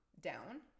down